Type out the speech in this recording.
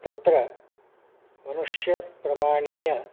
तत्र मनुष्यप्रमाणीयं